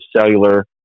cellular